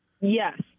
Yes